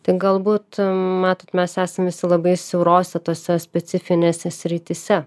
tai galbūt matot mes esam visi labai siaurose tose specifinėse srityse